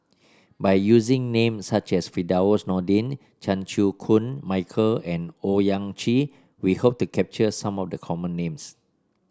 by using names such as Firdaus Nordin Chan Chew Koon Michael and Owyang Chi we hope to capture some of the common names